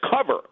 cover